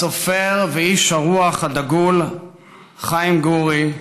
הסופר ואיש הרוח הדגול חיים גורי,